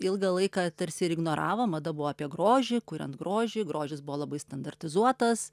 ilgą laiką tarsi ir ignoravo mada buvo apie grožį kuriant grožį grožis buvo labai standartizuotas